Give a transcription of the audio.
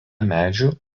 medžių